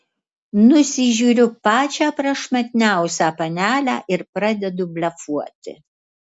nusižiūriu pačią prašmatniausią panelę ir pradedu blefuoti